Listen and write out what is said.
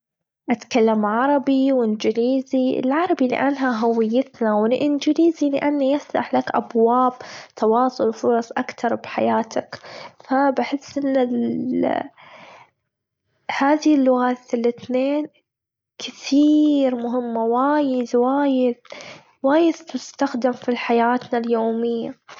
أتكلم عربي وإنجليزي، العربي لأنها هويتنا واإانجليزي لإني أفتح لك أبواب تواصل فرص أكتر بحياتك ها بحس أن ال هذه اللغات الاتنين كثير مهمة وايد وايد وايد تستخدم في حياتنا اليومية.